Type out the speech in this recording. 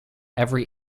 every